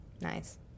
Nice